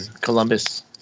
Columbus